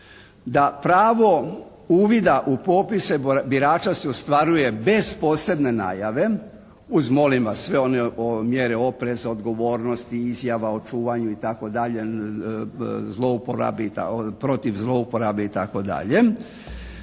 da pravo uvida u popise birača se ostvaruje bez posebne najave uz molim vas sve one mjere opreza, odgovornosti, izjava o čuvanju itd., zlouporabi, protiv zlouporabe itd.